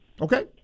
Okay